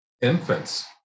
infants